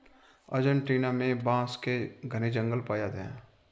Argentina में बांस के घने जंगल पाए जाते हैं